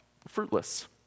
fruitless